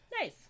Nice